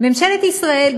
ממשלת ישראל,